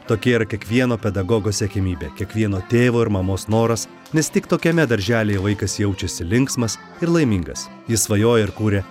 tokia yra kiekvieno pedagogo siekiamybė kiekvieno tėvo ir mamos noras nes tik tokiame darželyje vaikas jaučiasi linksmas ir laimingas jis svajoja ir kuria